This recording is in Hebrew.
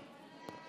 אדוני היושב-ראש,